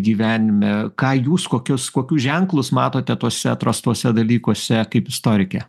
gyvenime ką jūs kokius kokius ženklus matote tuose atrastuose dalykuose kaip istorikė